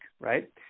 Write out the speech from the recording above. right